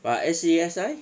but A_C_S_I